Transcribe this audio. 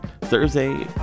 Thursday